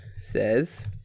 says